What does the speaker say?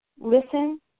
listen